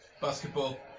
Basketball